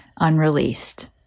unreleased